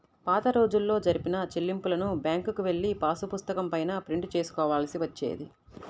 పాతరోజుల్లో జరిపిన చెల్లింపులను బ్యేంకుకెళ్ళి పాసుపుస్తకం పైన ప్రింట్ చేసుకోవాల్సి వచ్చేది